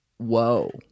whoa